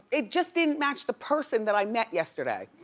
it just didn't match the person that i met yesterday.